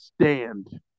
stand